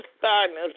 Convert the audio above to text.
darkness